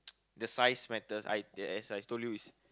the size matters I as I I told you it's